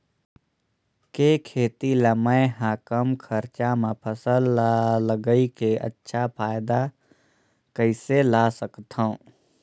के खेती ला मै ह कम खरचा मा फसल ला लगई के अच्छा फायदा कइसे ला सकथव?